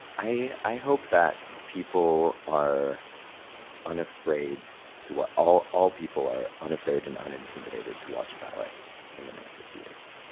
i hope that people are unafraid to ah all all people are unafraid and unintimidated to watch ballet in the next fifty years.